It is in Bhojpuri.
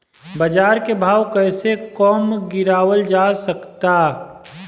बाज़ार के भाव कैसे कम गीरावल जा सकता?